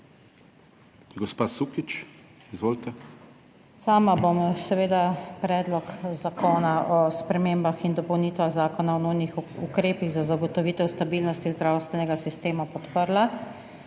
SUKIČ (PS Levica): Sama bom seveda Predlog zakona o spremembah in dopolnitvah Zakona o nujnih ukrepih za zagotovitev stabilnosti zdravstvenega sistema podprla,